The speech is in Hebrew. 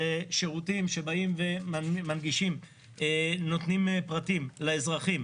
שירותים שמנגישים ונותנים פרטים לאזרחים.